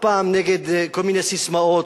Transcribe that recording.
הפעם כל מיני ססמאות,